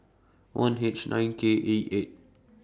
one H nine K A eight